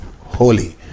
holy